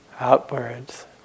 Outwards